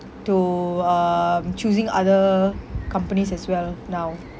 to um choosing other companies as well now